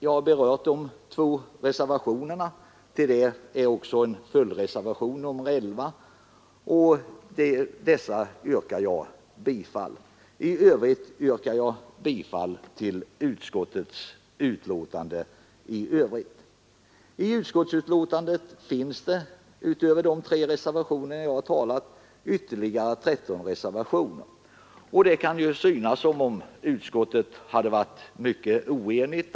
Jag har berört reservationerna 2 och 6. Till dessa finns också en följdreservation 11. Jag yrkar bifall till dem. Utöver de tre reservationer jag har talat om finns i utskottsbetänkandet ytterligare 13 reservationer. Det kan synas som om utskottet varit mycket oenigt.